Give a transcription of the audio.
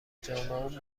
جامعه